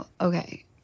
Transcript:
okay